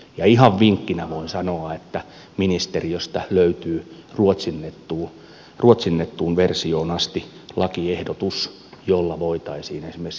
ja ihan vinkkinä voin sanoa että ministeriöstä löytyy ruotsinnettuun versioon asti lakiehdotus jolla voitaisiin esimerkiksi perhekäsitettä yksinkertaistaa